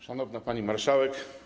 Szanowna Pani Marszałek!